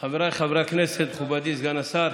חבריי חברי הכנסת, מכובדי סגן השר,